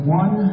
one